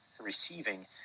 receiving